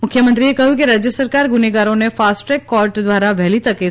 મુખ્યમંત્રીએ કહ્યું કે રાજ્ય સરકાર ગુનેગારોને ફાસ્ટ ટ્રેક કોર્ટ દ્વારા વહેલી તકે સજા કરશે